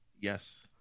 Yes